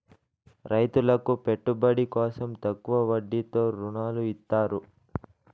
రైతులకు పెట్టుబడి కోసం తక్కువ వడ్డీతో ఋణాలు ఇత్తారు